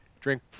drink